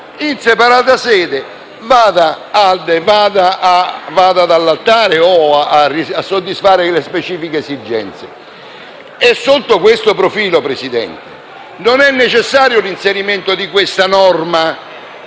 in separata sede, vada ad allattare o a soddisfare le specifiche esigenze. Sotto questo profilo, non è necessario l'inserimento di questa norma